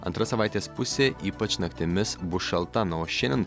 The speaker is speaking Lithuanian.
antra savaitės pusė ypač naktimis bus šalta na o šiandien